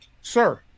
sir